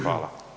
Hvala.